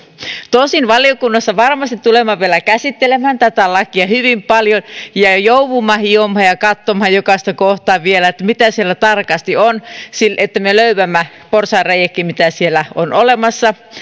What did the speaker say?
tosin valiokunnassa varmasti tulemme vielä käsittelemään tätä lakia hyvin paljon ja joudumme hiomaan ja katsomaan jokaista kohtaa vielä että mitä siellä tarkasti on jotta me löydämme porsaanreiätkin mitä siellä on olemassa